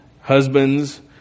husbands